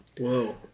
Whoa